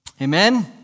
Amen